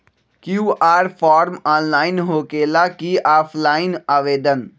QR form online होकेला कि offline आवेदन?